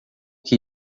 que